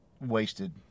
wasted